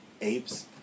Apes